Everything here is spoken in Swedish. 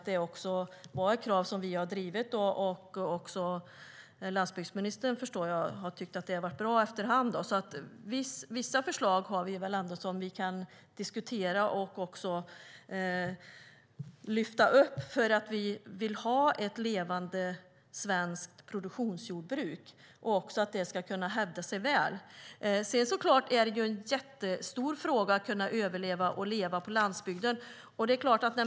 Det är krav som vi har drivit, och även landsbygdsministern har efter hand tyckt att det har varit bra. Vissa förslag har vi alltså som vi kan diskutera och lyfta fram för att vi vill ha ett levande svenskt produktionsjordbruk som ska kunna hävda sig väl. Det är såklart en stor fråga att kunna överleva och leva på landsbygden.